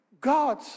God